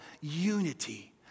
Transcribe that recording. unity